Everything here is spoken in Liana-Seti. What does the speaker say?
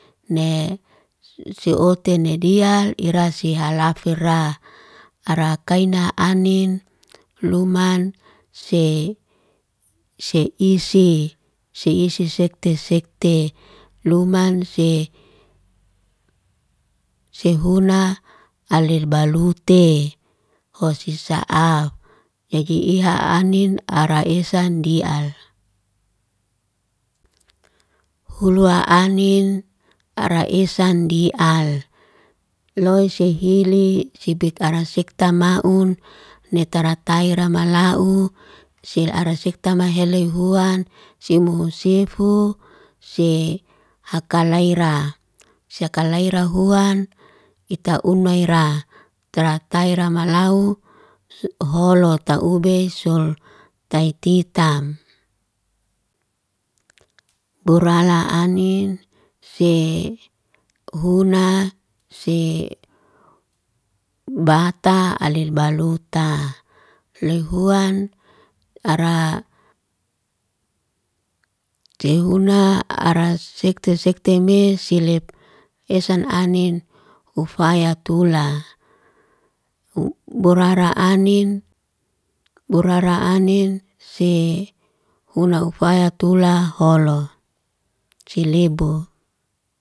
Nee seote nedial ira sihala feraa, ara kaina anin, luman se isi se isi sekte sekte. Luman se, sehuna alilbalute. Hosi sa'af yaji iha anin, ara esa di'al. hulua anin ara esa di'al, loy sehili sibik ara sekta maun, ne taraktaira mala'u. Si ara sekta ma heloy huan, simu sifu sehakalaira. Sehakalaira huan ita un maira, taraktaira malau holot taube sol taititam. burala anin sehuna, se bata alilbaluta. Loy huan ara sehuna ara sekte sekte mesile esan anin ufaya tula. Um borara anin, borara anin se huna ufaya tula holo silebu.